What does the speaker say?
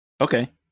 Okay